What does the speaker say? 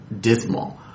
dismal